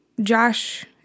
Josh